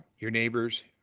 your neighbors,